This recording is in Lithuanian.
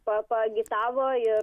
pa paagitavo ir